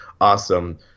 awesome